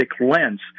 lens